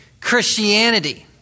Christianity